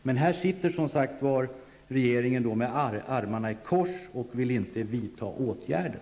Men här sitter som sagt var regeringen med armarna i kors och vill inte vidta åtgärder.